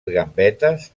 gambetes